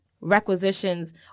requisitions